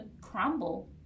crumble